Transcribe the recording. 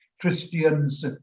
christians